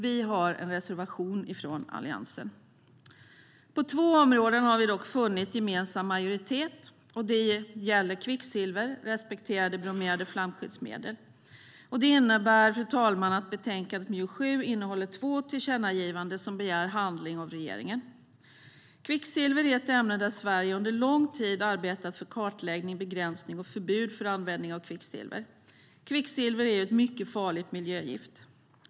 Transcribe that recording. Vi från Alliansen har en reservation. På två områden har vi dock funnit majoritet för en gemensam ståndpunkt. Det gäller kvicksilver respektive bromerade flamskyddsmedel. Det innebär, fru talman, att betänkande MJU7 innehåller två tillkännagivanden som begär handling av regeringen. Kvicksilver är ett ämne som Sverige under lång tid har arbetat för kartläggning, begränsning och förbud för användning av. Kvicksilver är ju ett mycket farligt miljögift.